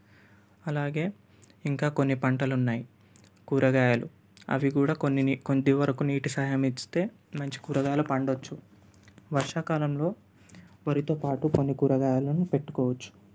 అలాగే ఇంకా కొన్ని పంటలు ఉన్నాయి కూరగాయలు అవి కూడా కొన్ని నీ కొంత వరకు నీటి సాయం ఇస్తే మంచి కూరగాయలు పండించవచ్చు వర్షాకాలంలో వరితో పాటు కొన్ని కూరగాయలను పెట్టుకోవచ్చు